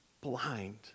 blind